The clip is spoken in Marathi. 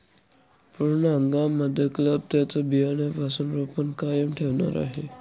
पूर्ण हंगाम मध्ये क्लब त्यांचं बियाण्यापासून रोपण कायम ठेवणार आहे